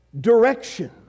direction